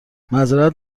معذرت